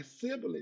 siblings